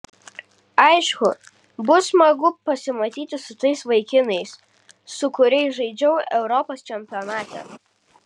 aišku bus smagu pasimatyti su tais vaikinais su kuriais žaidžiau europos čempionate